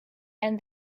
and